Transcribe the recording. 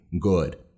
good